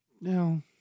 No